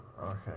Okay